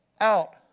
out